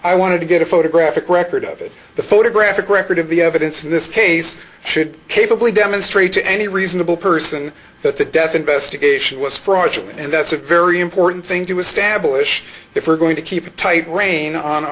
i wanted to get a photographic record of it the photographic record of the evidence in this case should capably demonstrate to any reasonable person that the death investigation was fraudulent and that's a very important thing to establish if we're going to keep a tight rein on